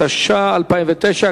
התש"ע 2009,